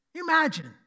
Imagine